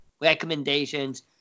recommendations